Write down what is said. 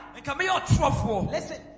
Listen